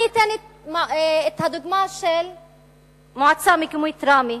אני אתן את המועצה המקומית ראמה